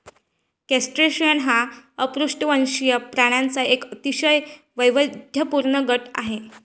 crustacean हा अपृष्ठवंशी प्राण्यांचा एक अतिशय वैविध्यपूर्ण गट आहे